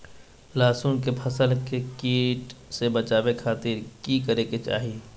लहसुन के फसल के कीट से बचावे खातिर की करे के चाही?